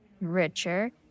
richer